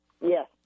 Yes